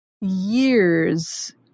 years